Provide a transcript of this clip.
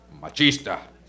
Machista